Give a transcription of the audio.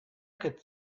could